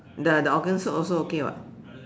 the the organ soup also okay [what]